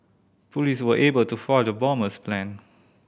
police were able to foil the bomber's plan